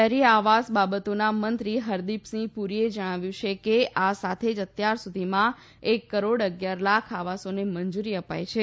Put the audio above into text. શહેરી આવાસ બાબતોનાં મંત્રી હરદીપસિંહ પુરીએ જણાવ્યું છે કે આ સાથે જ અત્યારસુધીમાં એક કરોડ અગિયાર લાખ આવાસોને મંજૂરી અપાઈ છે